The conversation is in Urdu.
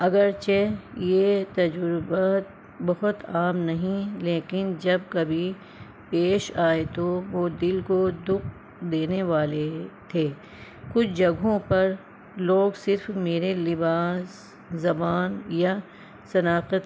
اگرچہ یہ تجربہ بہت عام نہیں لیکن جب کبھی پیش آئے تو وہ دل کو دکھ دینے والے تھے کچھ جگہوں پر لوگ صرف میرے لباس زبان یا شناخت